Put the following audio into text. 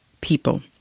people